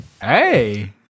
Hey